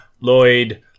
Lloyd